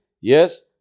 Yes